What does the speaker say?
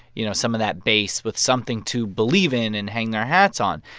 you know, some of that base with something to believe in and hang their hats on.